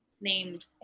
named